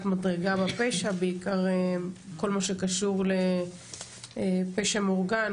מדרגה בפשע בעיקר בכל מה שקשור לפשע מאורגן,